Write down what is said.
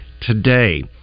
today